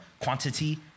quantity